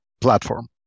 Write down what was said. platform